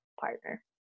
partner